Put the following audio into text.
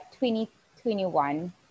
2021